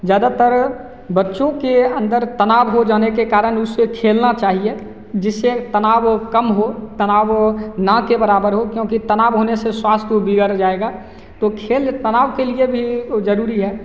ज़्यादातर बच्चों के अंदर तनाव हो जाने के कारण उसे खेलना चाहिए जिससे तनाव कम हो तनाव वो ना के बराबर हो क्योंकि तनाव होने से स्वास्थ वो बिगड़ जाएगा तो खेल तनाव के लिए भी वो जरूरी है